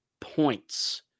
points